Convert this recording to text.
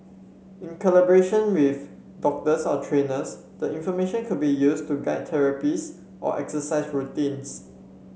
in collaboration with doctors or trainers the information could be used to guide therapies or exercise routines